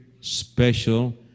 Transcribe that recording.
special